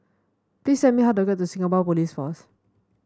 please tell me how to get to Singapore Police Force